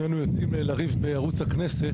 שנינו יוצאים לריב בערוץ הכנסת,